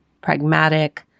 pragmatic